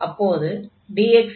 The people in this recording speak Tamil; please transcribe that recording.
அப்போது dx dt என்று மாறும்